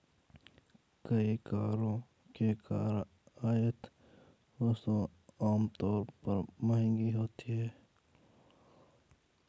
कई करों के कारण आयात वस्तुएं आमतौर पर महंगी होती हैं